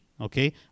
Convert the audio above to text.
okay